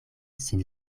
sin